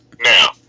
Now